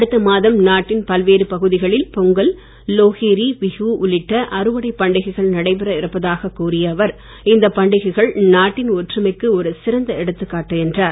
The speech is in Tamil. அடுத்த மாதம் நாட்டின் பல்வேறு பகுதிகளில் பொங்கல் லோஹேரி பிஹு உள்ளிட்ட அறுவடை பண்டிகைகள் நடைபெற இருப்பதாக கூறிய அவர் இந்த பண்டிகைகள் நாட்டின் ஒற்றுமைக்கு ஒரு சிறந்த எடுத்துக்காட்டு என்றார்